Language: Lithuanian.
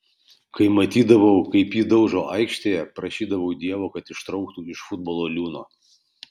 kai matydavau kaip jį daužo aikštėje prašydavau dievo kad ištrauktų iš futbolo liūno